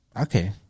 Okay